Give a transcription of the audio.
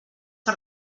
que